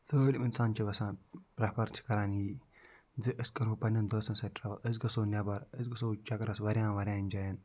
سٲلِم اِنسان چھِ یَژھان پرٛٮ۪فَر چھِ کران یی زِ أسۍ کَرہو پَنٛنٮ۪ن دوستَن سۭتۍ ٹرٛاوٕل أسۍ گژھو نٮ۪بَر أسۍ گژھو چکرَس واریاہَن واریاہَن جایَن